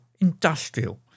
industrial